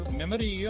memory